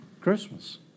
Christmas